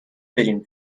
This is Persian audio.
بریم